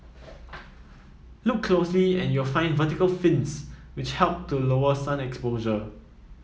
look closely and you'll find vertical fins which help to lower sun exposure